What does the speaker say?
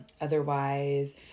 Otherwise